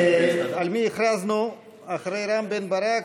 על מי הכרזנו אחרי רם בן-ברק?